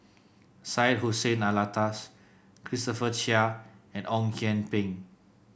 Syed Hussein Alatas Christopher Chia and Ong Kian Peng